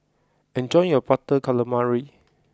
enjoy your butter calamari